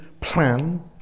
plan